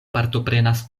partoprenas